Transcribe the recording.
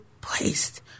placed